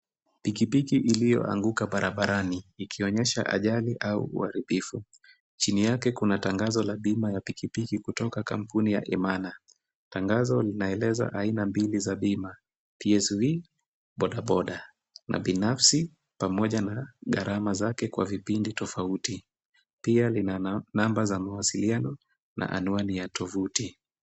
Pikipiki iliyoanguka barabarani ,ikionyesha ajali au uharibifu , chini yake kuna tangazo la bima ya pikipiki kutoka kampuni ya Emana. Tangazo linaeleza aina mbili ya bima PSV,bodaboda na binafsi pamoja na gharama zake kwa vipindi tofauti, pia ina namba za mawasiliano na anwani ya tovuti.